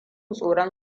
tsoron